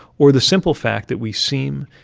or the simple fact that we seem,